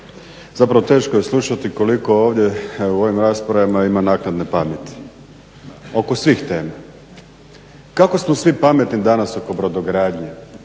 zapravo teško je slušati koliko ovdje u ovim raspravama ima naknadne pameti oko svih tema. Kako smo svi pametni danas oko brodogradnje,